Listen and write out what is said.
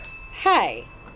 Hi